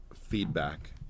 feedback